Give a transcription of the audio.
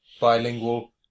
bilingual